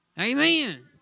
Amen